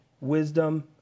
wisdom